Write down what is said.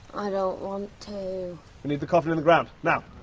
i don't want to. we need the coffin in the ground, now.